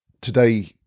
today